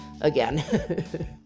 again